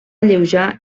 alleujar